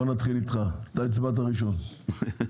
בבקשה.